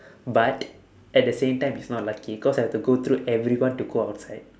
but at the same time it's not lucky cause I had to go through everyone to go outside